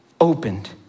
opened